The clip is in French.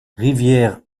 rivière